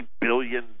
billion